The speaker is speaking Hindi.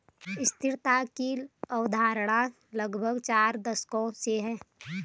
स्थिरता की अवधारणा लगभग चार दशकों से है